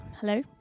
Hello